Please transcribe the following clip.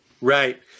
Right